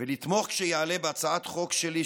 ולתמוך כשתעלה הצעת חוק שלי,